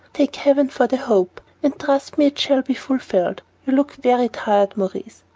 thank heaven for the hope, and trust me it shall be fulfilled. you look very tired, maurice.